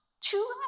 two